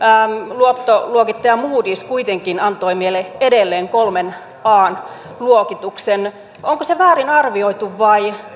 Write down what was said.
luottoluokittaja moodys kuitenkin antoi meille edelleen kolmen an luokituksen onko se väärin arvioitu vai